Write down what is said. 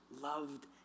loved